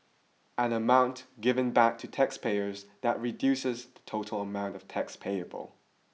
an amount given back to taxpayers that reduces the total amount of tax payable